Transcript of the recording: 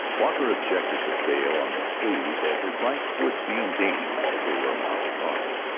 walker objected to bail on the plea that his life would be in danger if they were allowed at large.